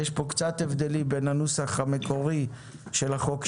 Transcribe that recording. יש פה קצת הבדלים בין הנוסח המקורי של החוק,